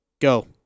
go